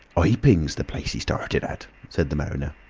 iping's the place he started at, said the mariner.